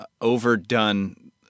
overdone